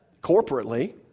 Corporately